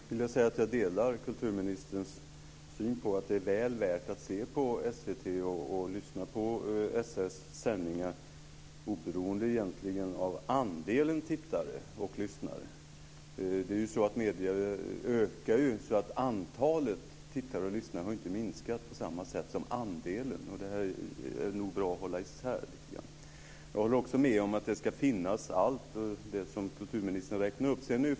Fru talman! Först vill jag säga att jag delar kulturministerns syn att det är väl värt att se på SVT och lyssna på Sveriges Radios sändningar oberoende egentligen av andelen tittare och lyssnare. Medierna ökar ju, så antalet tittare och lyssnare har inte minskat på samma sätt som andelen. Det är bra att hålla dessa isär. Jag håller också med om att allt det som kulturministern räknar upp ska finnas med.